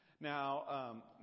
Now